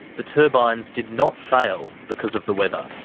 the turbines did not fail because of the weather.